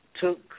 took